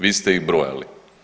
Vi ste ih brojali.